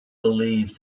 believed